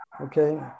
Okay